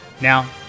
Now